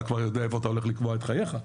כבר יודע איפה אתה הולך לקבוע את חייך,